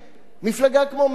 מפלגה כמו מפלגת העבודה,